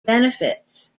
benefits